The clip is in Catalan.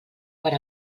per